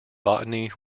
botany